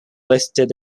listed